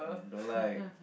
don't like